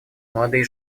молодые